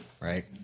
Right